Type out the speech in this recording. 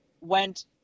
went